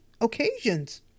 occasions